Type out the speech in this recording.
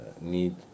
need